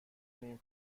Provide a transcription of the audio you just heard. نیم